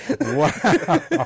Wow